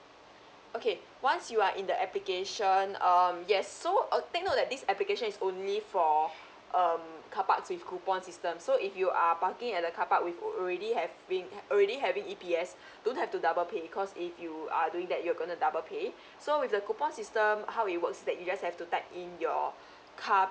okay once you are in the application um yes so uh take note that this application is only for um carparks with coupon system so if you are parking at the car park with already having already having E_P_S don't have to double pay because if you are doing that you're going to double pay so with the coupon system how it works that you just have to type in your car